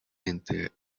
entre